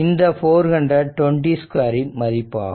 இந்த 400 20 2 இன் மதிப்பாகும்